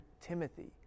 Timothy